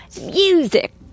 music